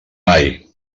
mai